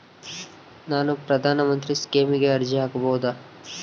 ನಾನು ಪ್ರಧಾನ ಮಂತ್ರಿ ಸ್ಕೇಮಿಗೆ ಅರ್ಜಿ ಹಾಕಬಹುದಾ?